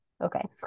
okay